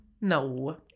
No